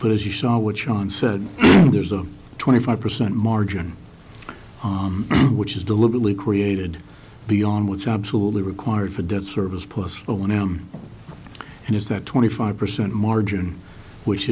put as you saw which on said there's a twenty five percent margin which is deliberately created beyond was absolutely required for dead service possible now and is that twenty five percent margin which